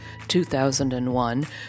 2001